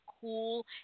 cool